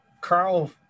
Carl